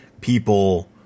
people